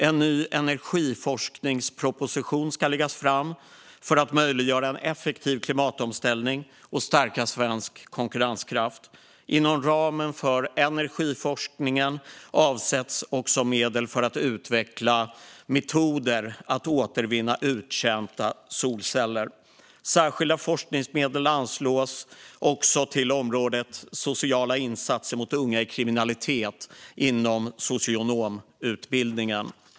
En ny energiforskningsproposition ska läggas fram för att möjliggöra en effektiv klimatomställning och stärka svensk konkurrenskraft. Inom ramen för energiforskningen avsätts också medel för att utveckla metoder att återvinna uttjänta solceller. Särskilda forskningsmedel anslås till området sociala insatser mot unga i kriminalitet inom socionomutbildningen.